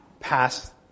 pass